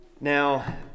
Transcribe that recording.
Now